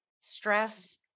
stress